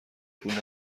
پول